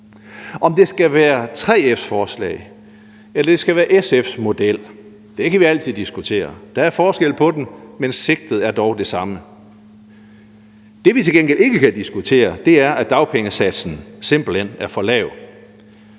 Om det skal være 3F's forslag, eller det skal være SF's model, kan vi altid diskutere. Der er forskel på dem, men sigtet er dog det samme. Det, vi til gengæld ikke kan diskutere, er, at dagpengesatsen simpelt hen er for lav.